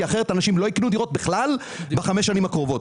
אחרת אנשים לא יקנו דירות בחמש השנים הקרובות.